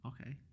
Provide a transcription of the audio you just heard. Okay